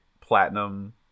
platinum